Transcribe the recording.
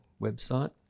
website